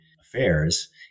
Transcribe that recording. affairs